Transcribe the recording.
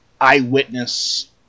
eyewitness